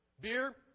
beer